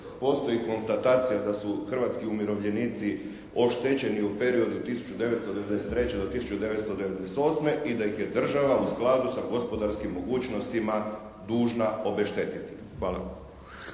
Postoji konstatacija da su hrvatski umirovljenici oštećeni u periodu od 1993. do 1998. i da ih je država u skladu sa gospodarskim mogućnostima dužna obeštetiti. Hvala.